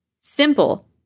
Simple